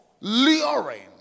luring